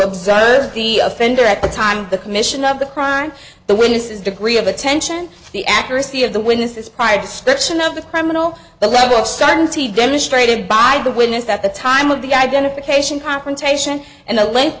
observe the offender at the time the commission of the crime the witnesses degree of attention the accuracy of the witnesses prior to steps in of the criminal the level of stunts he demonstrated by the witness that the time of the identification confrontation and the l